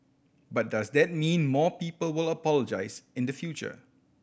but does that mean more people will apologise in the future